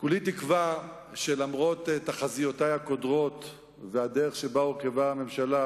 כולי תקווה שלמרות תחזיותי הקודרות והדרך שבה הורכבה הממשלה,